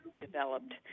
developed